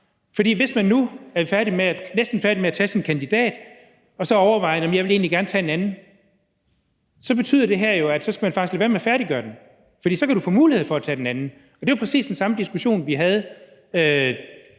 For hvis man nu er næsten færdig med at tage sin kandidat og så overvejer, at man egentlig gerne vil tage en anden, betyder det her jo, at man faktisk skal lade være med at færdiggøre den, for så kan man få mulighed for at tage den anden. Det er jo præcis den samme diskussion, vi havde